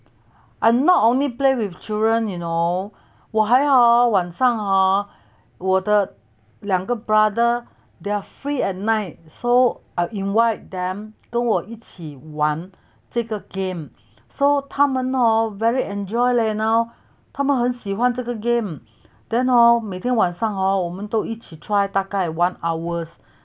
I not only play with children you know 我还 hor 晚上 hor 我的两个 brother they're free at night so I invite them 跟我一起玩这个 game so 他们 hor very enjoy leh now 他们很喜欢这个 game then hor 每天晚上 hor 我们都一起 try 大概 one hour